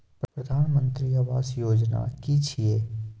प्रधानमंत्री आवास योजना कि छिए?